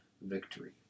victory